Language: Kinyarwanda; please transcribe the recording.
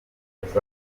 bafite